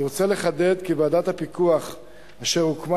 אני רוצה לחדד כי ועדת הפיקוח אשר הוקמה